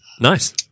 Nice